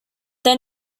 they